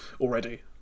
Already